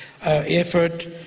Effort